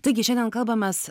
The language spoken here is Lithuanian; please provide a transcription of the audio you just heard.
taigi šiandien kalbamės